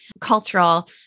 cultural